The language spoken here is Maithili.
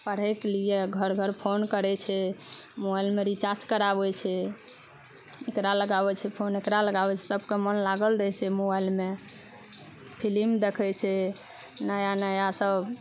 पढ़ैके लिए घर घर फोन करै छै मोबाइलमे रिचार्ज कराबै छै एकरा लगाबै छै फोन एकरा लगाबै छै सबके मन लागल रहै छै मोबाइलमे फिलिम देखै छै नया नया सब